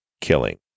killing